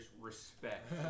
respect